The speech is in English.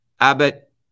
Abbott